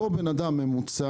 אותו בן אדם ממוצע,